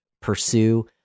pursue